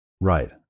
Right